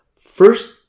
first